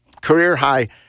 career-high